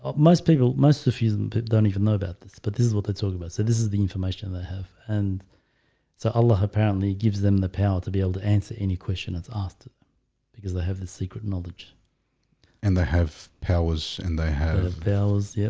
um most people most refuse them don't even know about this but this is what they talk about. so this is the information they have and so allah apparently gives them the power to be able to answer any question it's asked because they have a secret knowledge and they have powers and they have bells. yep.